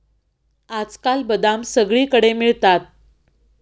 आजकाल बदाम सगळीकडे मिळतात